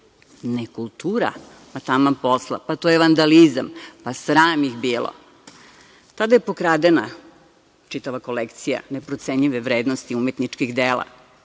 Nekultura? Taman posla, to je vandalizam, pa sram ih bilo. Tada je pokradena čitava kolekcija neprocenjive vrednosti umetničkih dela.